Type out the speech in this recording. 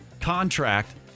contract